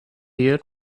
year